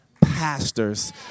pastors